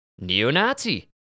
neo-Nazi